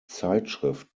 zeitschrift